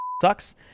sucks